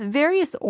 various